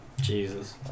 Jesus